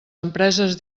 empreses